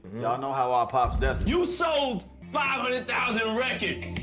know know how our pops does. you sold five hundred thousand records.